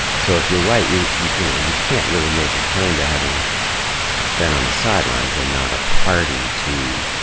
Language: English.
so if you're white, you you know, you can't really make that ah claim to having been on the sidelines and not a party to